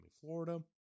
Florida